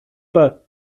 pas